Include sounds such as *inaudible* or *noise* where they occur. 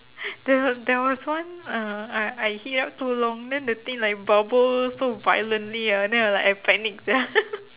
there w~ there was one uh I I heat up too long then the thing like bubble so violently ah and then like I panic sia *laughs*